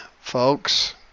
folks